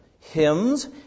hymns